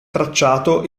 tracciato